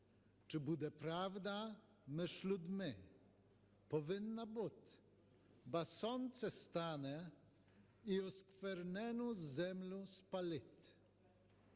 Чи буде правда між людьми? Повинна буть, бо сонце стане і осквернену землю спалить".